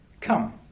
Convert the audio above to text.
Come